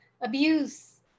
abuse